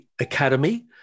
Academy